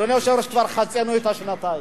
אדוני היושב-ראש, כבר חצינו את השנתיים.